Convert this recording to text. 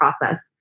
process